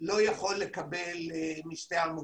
לא יכול לקבל משתי עמותות.